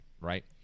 right